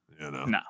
No